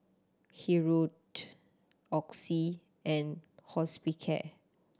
Hirudoid Oxy and Hospicare